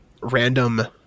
random